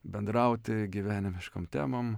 bendrauti gyvenimiškom temom